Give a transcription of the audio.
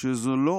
שזו לא